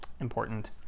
important